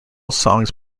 songs